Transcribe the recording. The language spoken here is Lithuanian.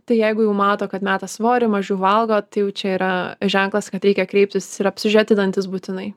tai jeigu jau mato kad meta svorį mažiau valgo tai jau čia yra ženklas kad reikia kreiptis ir apsižiūrėti dantis būtinai